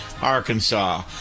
Arkansas